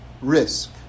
risk